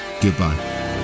goodbye